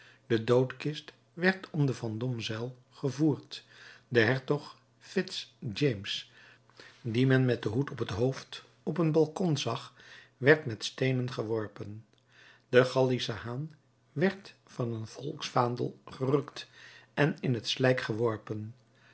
de doodkist werd om de vendômezuil gevoerd de hertog fitz james dien men met den hoed op het hoofd op een balkon zag werd met steenen geworpen de gallische haan werd van een volksvaandel gerukt en in het slijk geworpen